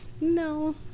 No